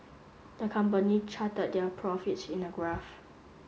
the company charted their profits in a graph